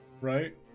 Right